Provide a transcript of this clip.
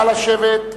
נא לשבת.